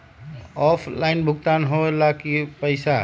Offline भुगतान हो ला कि पईसा?